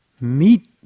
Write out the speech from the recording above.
meet